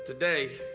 today